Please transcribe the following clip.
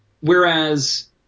Whereas